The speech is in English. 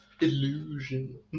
Illusion